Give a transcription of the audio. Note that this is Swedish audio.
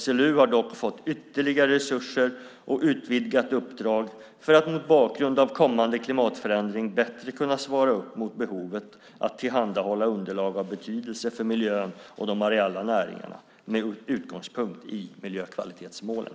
SLU har dock fått ytterligare resurser och utvidgat uppdrag för att mot bakgrund av kommande klimatförändring bättre kunna svara upp mot behovet att tillhandahålla underlag av betydelse för miljön och de areella näringarna med utgångspunkt i miljökvalitetsmålen.